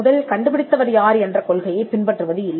முதலில் கண்டுபிடித்தவர் யார் என்ற கொள்கையைப் பின்பற்றுவது இல்லை